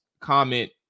comment